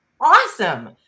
awesome